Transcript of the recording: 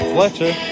Fletcher